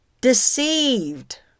deceived